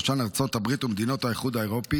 ובראשן ארצות הברית ומדינות האיחוד האירופי,